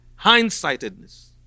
hindsightedness